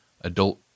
adult